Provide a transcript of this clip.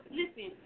listen